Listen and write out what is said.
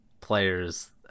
players